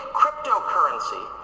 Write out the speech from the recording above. cryptocurrency